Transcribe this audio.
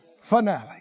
finale